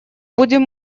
будем